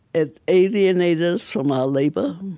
it alienated us from our labor,